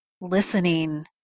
listening